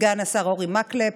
סגן השר אורי מקלב,